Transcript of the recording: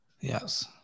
Yes